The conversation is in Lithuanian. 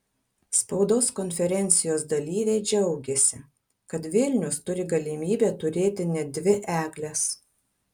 spaudos konferencijos dalyviai džiaugėsi kad vilnius turi galimybę turėti net dvi egles